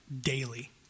daily